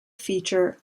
feature